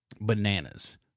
bananas